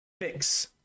fix